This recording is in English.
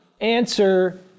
answer